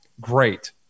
great